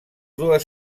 dues